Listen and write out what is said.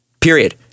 Period